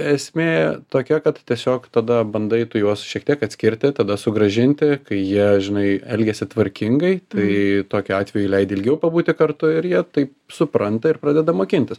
esmė tokia kad tiesiog tada bandai tu juos šiek tiek atskirti tada sugrąžinti kai jie žinai elgiasi tvarkingai tai tokiu atveju leidi ilgiau pabūti kartu ir jie tai supranta ir pradeda mokintis